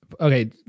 Okay